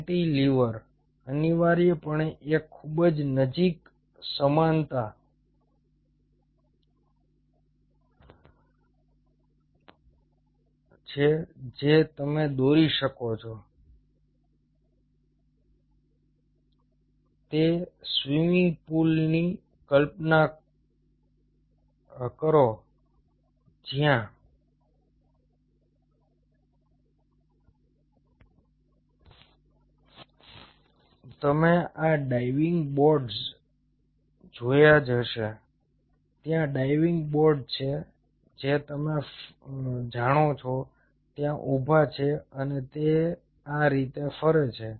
કેન્ટિલીવરમા અનિવાર્યપણે એક ખૂબ જ નજીકની સમાનતા છે જે તમે દોરી શકો તે સ્વિમિંગ પૂલની કલ્પના કરો જ્યાં તમે આ ડાઇવિંગ બોર્ડ્સ જોયા જ હશે ત્યાં ડાઇવિંગ બોર્ડ છે જે તમે જાણો છો કે ત્યાં ઉભા છે અને તે આ રીતે ફરે છે